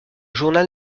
journal